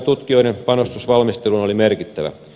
tutkijoiden panostus valmisteluun oli merkittävä